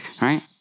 right